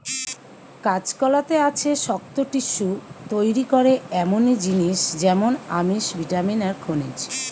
কাঁচকলাতে আছে শক্ত টিস্যু তইরি করে এমনি জিনিস যেমন আমিষ, ভিটামিন আর খনিজ